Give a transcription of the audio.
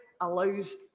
allows